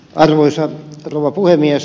arvoisa rouva puhemies